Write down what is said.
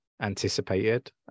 anticipated